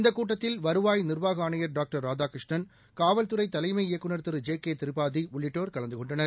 இந்த கூட்டத்தில் வருவாய் நிர்வாக ஆணையர் டாக்டர் ராதாகிருஷ்ணன் காவல்துறை தலைமை இயக்குநர் திரு ஜே கே திரிபாதி உள்ளிட்டோர் கலந்து கொண்டனர்